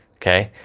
okay.